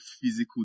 physical